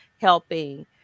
helping